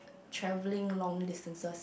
travelling long distances